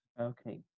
Okay